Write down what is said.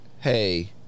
Hey